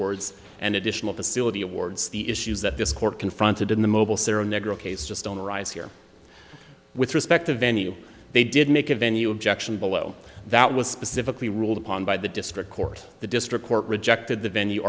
awards and additional facility awards the issues that this court confronted in the mobile sarah negril case just don't arise here with respect to venue they did make a venue objection below that was specifically ruled upon by the district court the district court rejected the venue